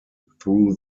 through